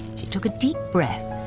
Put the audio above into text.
she took a deep breath.